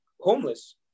homeless